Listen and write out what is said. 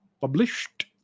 published